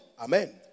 Amen